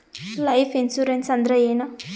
Life insurance ಅಂದ್ರ ಏನ?